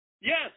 Yes